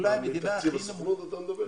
אולי המדינה הכי נמוכה --- מתקציב הסוכנות אתה מדבר?